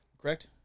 correct